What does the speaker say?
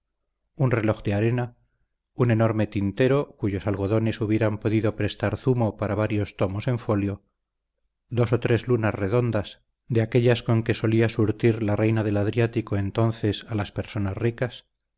un reloj de arena un enorme tintero cuyos algodones hubieran podido prestar zumo para varios tomos en folio dos o tres lunas redondas de aquellas con que solía surtir la reina del adriático entonces a las personas ricas